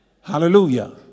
Hallelujah